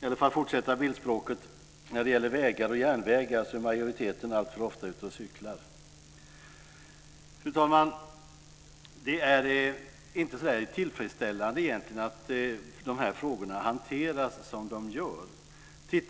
För att fortsätta bildspråket är majoriteten när det gäller vägar och järnvägar alltför ofta ute och cyklar. Fru talman! Det är inte så där tillfredsställande egentligen att de här frågorna hanteras som nu görs.